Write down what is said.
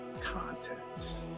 content